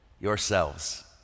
Yourselves